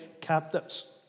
captives